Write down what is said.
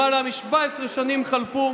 למעלה מ-17 שנים חלפו,